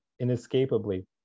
inescapably